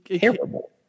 terrible